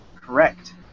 Correct